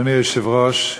אדוני היושב-ראש,